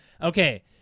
Okay